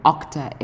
Octa